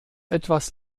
etwas